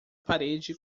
parede